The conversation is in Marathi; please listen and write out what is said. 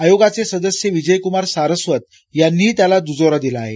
आयोगाचे सदस्य विजयकुमार सारस्वत यांनीही त्याला दुजोरा दिला आहे